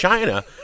China